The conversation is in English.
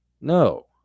no